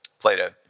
Plato